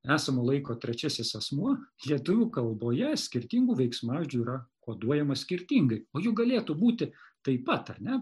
esamo laiko trečiasis asmuo lietuvių kalboje skirtingų veiksmažodžių yra koduojamas skirtingai o juk galėtų būti taip pat ar ne